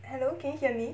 hello can you hear me